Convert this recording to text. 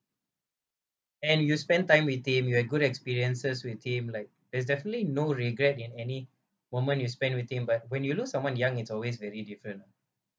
and you spend time with him you had good experiences with him like there is definitely no regret in any moment you spend with him but when you lose someone young it's always very different ah